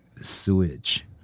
sewage